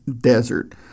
desert